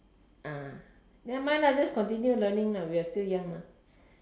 ah never mind lah just continue learning lah we are still young mah